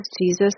Jesus